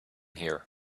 here